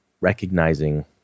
recognizing